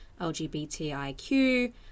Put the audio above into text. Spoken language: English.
LGBTIQ